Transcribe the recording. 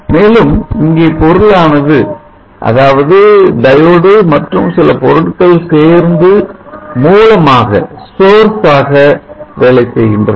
மேலும் இங்கே பொருளானது அதாவது டயோடு மற்றும் சில பொருட்கள் சேர்ந்து மூலமாக வேலை செய்கின்றன